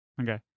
Okay